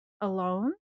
alone